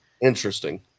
Interesting